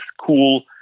cool